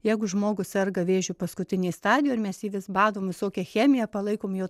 jeigu žmogus serga vėžiu paskutinėj stadijoj mes jį vis badom visokia chemija palaikom jo